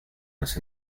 nos